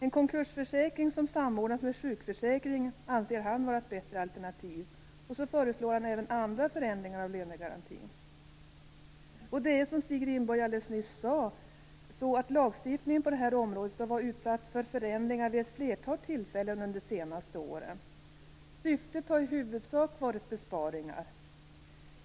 En konkursförsäkring som samordnas med sjukförsäkringen anser han vara ett bättre alternativ. Han föreslår även andra förändringar av lönegarantin. Lagstiftningen på det här området har varit utsatt för förändringar vid ett flertal tillfällen under de senaste åren. Syftet har i huvudsak varit besparingar.